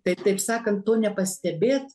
tai taip sakant to nepastebėt